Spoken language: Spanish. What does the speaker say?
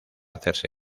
hacerse